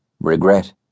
Regret